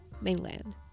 Mainland